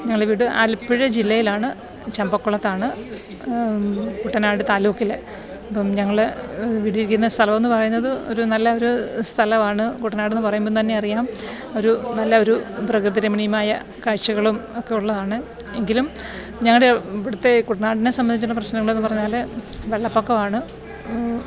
ഞങ്ങളുടെ വീട് ആലപ്പുഴ ജില്ലയിലാണ് ചമ്പക്കുളത്താണ് കുട്ടനാട് താലൂക്കിൽ അപ്പം ഞങ്ങൾ ജീവിക്കുന്ന സ്ഥലമെന്ന് പറയുന്നത് ഒരു നല്ല ഒരു സ്ഥലമാണ് കുട്ടനാടെന്ന് പറയുമ്പം തന്നെ അറിയാം ഒരു നല്ല ഒരു പ്രകൃതിരമണീയമായ കാഴ്ചകളും ഒക്കെ ഉള്ളതാണ് എങ്കിലും ഞങ്ങളുടെ ഇവിടുത്തെ കുട്ടനാടിനെ സംബന്ധിച്ചുള്ള പ്രശ്നങ്ങളെന്ന് പറഞ്ഞാൽ വെള്ളപ്പൊക്കമാണ്